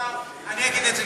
אני אגיד את זה,